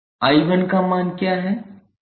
𝐼1 का मान क्या है